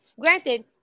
Granted